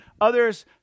others